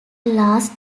last